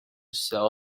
sell